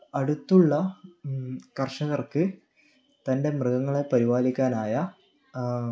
അടുത്തുള്ള കർഷകർക്ക് തൻ്റെ മൃഗങ്ങളെ പരിപാലിക്കാനായ